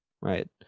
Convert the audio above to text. Right